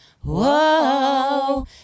Whoa